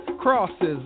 crosses